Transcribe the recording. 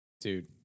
Dude